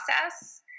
process